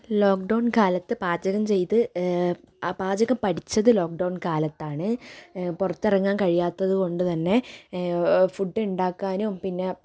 lockdown കാലത്ത് പാചകം ചെയ്ത് പാചകം പഠിച്ചത് ലോക്ക്ഡൌൺ കാലത്താണ് പുറത്തിറങ്ങാൻ കഴിയാത്തതു കൊണ്ടു തന്നെ ഫുഡിണ്ടാക്കാനും പിന്നെ